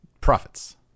Profits